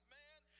man